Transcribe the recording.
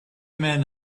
men